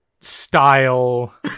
style